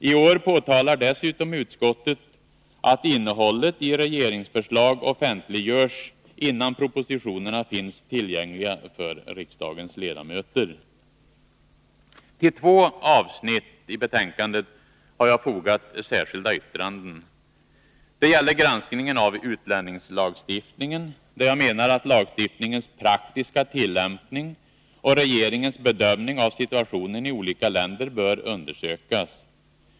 I år påtalar dessutom utskottet att innehållet i regeringsförslag offentliggörs innan propositionerna finns tillgängliga för riksdagens ledamöter. Till två avsnitt i betänkandet har jag fogat särskilda yttranden. Det gäller granskningen av utlänningslagstiftningen, där jag menar att lagstiftningens praktiska tillämpning och regeringens bedömning av situationen i olika länder bör undersökas.